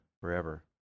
forever